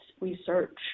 research